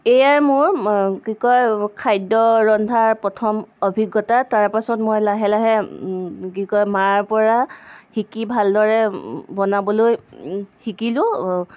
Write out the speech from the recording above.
এইয়াই মোৰ কি কয় খাদ্য ৰন্ধাৰ প্ৰথম অভিজ্ঞতা তাৰপাছত মই লাহে লাহে কি কয় মাৰ পৰা শিকি ভাল দৰে বনাবলৈ শিকিলোঁ